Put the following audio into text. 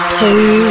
two